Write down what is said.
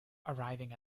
arriving